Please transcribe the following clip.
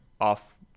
off